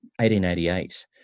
1888